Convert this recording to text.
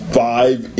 five